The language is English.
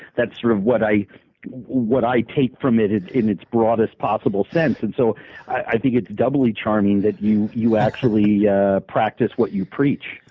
that's sort of what i what i take from it it in its broadest possible sense. and so i think it's doubly charming that you you actually yeah practice what you preach.